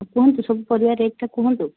କୁହନ୍ତୁ ସବୁ ପରିବା ରେଟ୍ଟା କୁହନ୍ତୁ